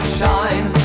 shine